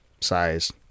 size